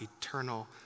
eternal